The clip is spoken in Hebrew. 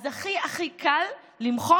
אז הכי הכי קל למחוק,